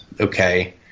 Okay